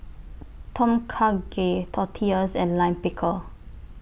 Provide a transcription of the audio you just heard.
Tom Kha Gai Tortillas and Lime Pickle